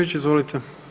izvolite.